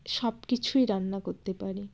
সব কিছুই রান্না করতে পারি